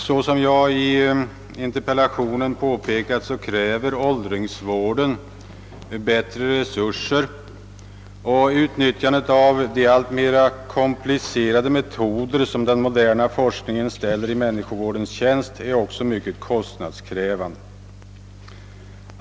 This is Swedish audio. Så som jag påpekat i interpellationen kräver åldringsvården bättre resurser, och utnyttjandet av de alltmer komplicerade metoder som den moderna forskningen ställer i människovårdens tjänst är också mycket kostnadskrävande.